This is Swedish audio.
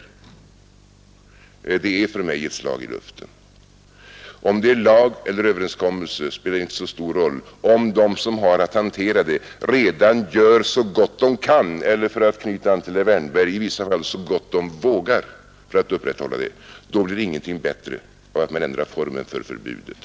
Också jag betraktar det som ett slag i luften. Om det är en lag eller en överenskommelse spelar inte så stor roll om de som har att hantera den redan gör så gott de kan eller — för att knyta an till herr Wärnberg — i vissa fall så gott de vågar för att upprätthålla den. Då blir ingenting bättre för att man ändrar formen för förbudet.